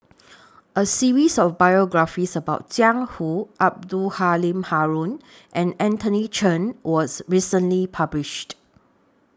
A series of biographies about Jiang Hu Abdul Halim Haron and Anthony Chen was recently published